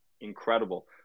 incredible